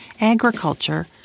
agriculture